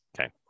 okay